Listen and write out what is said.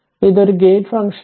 അതിനാൽ ഇത് ഒരു ഗേറ്റ് ഫംഗ്ഷനാണ്